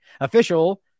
Official